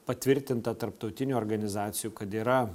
patvirtinta tarptautinių organizacijų kad yra